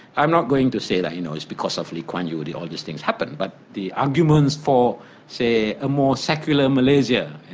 i'm not going to say that you know it's because of lee kuan yew that all these things happened. but the arguments for say a more secular malaysia,